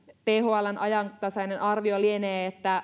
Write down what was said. thln ajantasainen arvio lienee että